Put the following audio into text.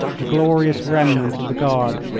the glorious remnant of the guard,